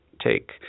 take